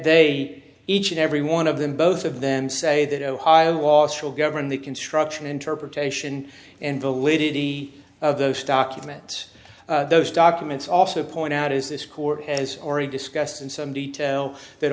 they each and every one of them both of them say that ohio loss will govern the construction interpretation and validity of those documents those documents also point out is this court has already discussed in some detail that